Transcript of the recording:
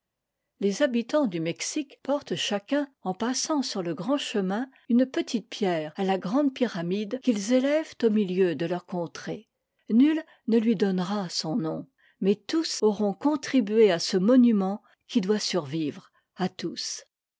les habitants du mexique portent chacun en passant sur le grand chemin une petite pierre à la grande pyramide qu'ils élèvent au milieu de leur contrée nul ne lui donnera son nom mais tous auront contribué à ce monument'qui doit survivre à tous